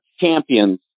champions